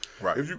Right